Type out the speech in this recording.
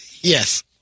Yes